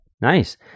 Nice